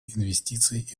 инвестиций